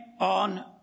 on